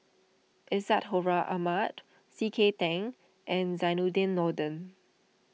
Isadhora Mohamed C K Tang and Zainudin Nordin